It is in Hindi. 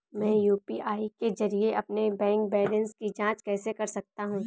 मैं यू.पी.आई के जरिए अपने बैंक बैलेंस की जाँच कैसे कर सकता हूँ?